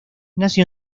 nació